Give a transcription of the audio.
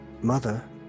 Mother